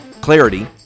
Clarity